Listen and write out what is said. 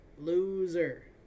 loser